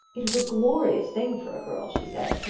it was a glorious thing for a girl, she said,